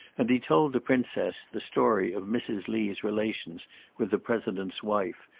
and he told the princess the story of mrs. lee's relations with the president's wife,